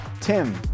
Tim